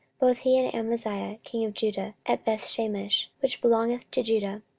both he and amaziah king of judah, at bethshemesh, which belongeth to judah.